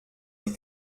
les